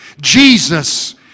Jesus